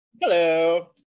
Hello